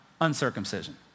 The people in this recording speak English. uncircumcision